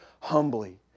humbly